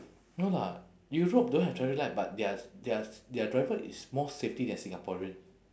no lah europe don't have traffic light but their their driver is more safety than singaporean